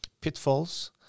pitfalls